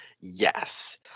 Yes